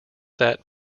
that